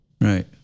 Right